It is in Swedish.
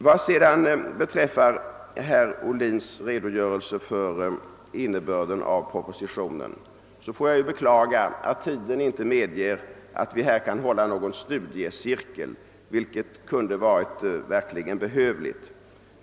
Vad beträffar herr Ohblins redogörelse för innebörden av propositionen, så får jag beklaga att tiden inte medger att vi här håller någon studiecirkel — vilket verkligen kunde vara behövligt.